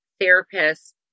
therapist